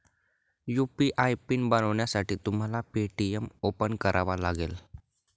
UPI PIN बनवण्यासाठी तुम्हाला Paytm open करावा लागेल